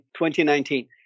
2019